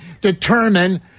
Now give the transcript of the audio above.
determine